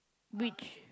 which